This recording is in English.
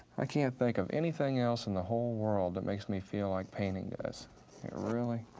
i can't think of anything else in the whole world that makes me feel like painting does. it really,